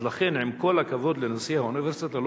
עם כל הכבוד לנשיא האוניברסיטה,